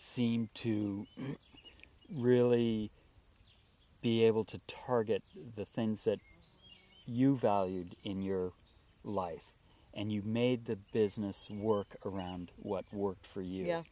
seemed to really be able to target the things that you valued in your life and you made the business work around what worked for you